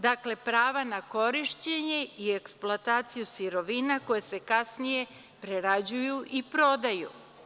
Dakle, prava na korišćenje i eksploataciju sirovina koja se kasnije prerađuju i prodaju.